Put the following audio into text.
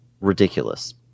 ridiculous